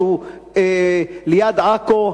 ליד עכו,